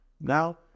Now